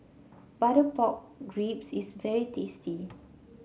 Butter Pork Ribs is very tasty